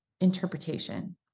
interpretation